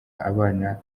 abana